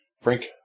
Frank